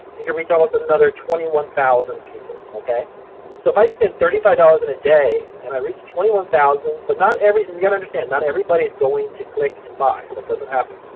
you can reach almost another twenty one thousand people. so so if i spend thirty five dollars in a day and i reach twenty one thousand but not every, and you gotta understand, not everybody's going to click and buy, that doesn't happen.